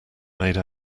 made